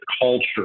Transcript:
culture